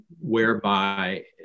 whereby